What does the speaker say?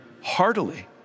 heartily